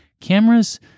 Cameras